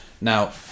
now